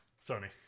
Sony